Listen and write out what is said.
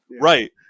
Right